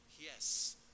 yes